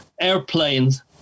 airplanes